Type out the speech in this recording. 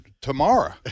tomorrow